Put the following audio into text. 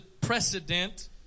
precedent